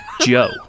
Joe